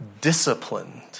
disciplined